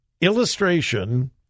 illustration